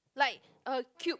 like a Cube